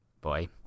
Boy